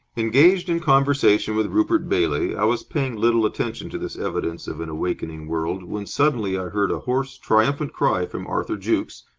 engaged in conversation with rupert bailey, i was paying little attention to this evidence of an awakening world, when suddenly i heard a hoarse, triumphant cry from arthur jukes,